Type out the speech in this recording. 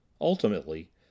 Ultimately